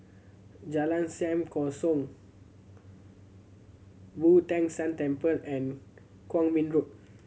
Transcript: Jalan Sam Kongsi Boo Tong San Temple and Kwong Min Road